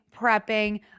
prepping